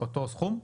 אותו סכום?